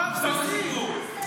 סוף הסיפור.